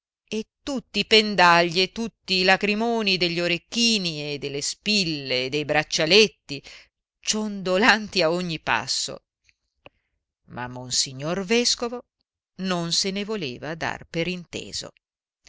e tutti i pendagli e tutti i lagrimoni degli orecchini e delle spille e dei braccialetti ciondolanti a ogni passo ma monsignor vescovo non se ne voleva dar per inteso